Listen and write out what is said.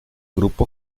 grupo